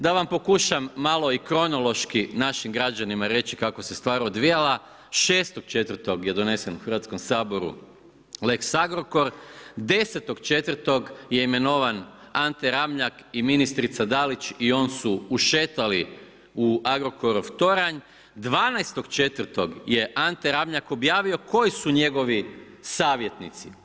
Da vam pokušam malo i kronološki našim građanima reći kako se stvar odvijala, 6.4. je donese Hrvatskom saboru lex Agrokor, 10.4. je imenovan Ante Ramljak i ministrica Dalić i on su ušetali u Agrokorov toranj, 12.4 je Ante Ramljak objavio koji su njegovi savjetnici.